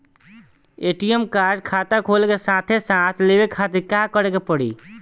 ATM card खाता खुले के साथे साथ लेवे खातिर का करे के पड़ी?